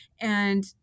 And-